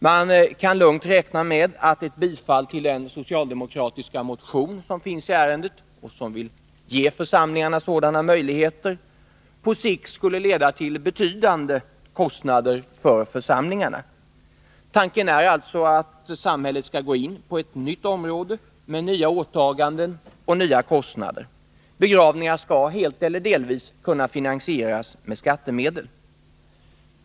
Man kan lugnt räkna med att ett bifall till den socialdemokratiska motion som finns i ärendet och som vill ge församlingarna sådana möjligheter på sikt skulle leda till betydande kostnader för församlingarna. Tanken är alltså att samhället skall gå in på ett nytt område — med nya åtaganden och nya kostnader. Begravningar skall helt eller delvis kunna finansieras med skattemedel.